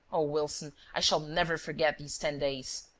oh, wilson, i shall never forget these ten days!